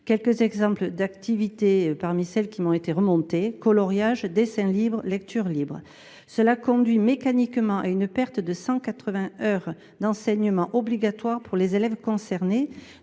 Quelques exemples d'activités parmi celles qui m'ont été remontées, coloriage, dessin libre, lecture libre. Cela conduit mécaniquement à une perte de 180 heures d'enseignement obligatoire pour les élèves concernés.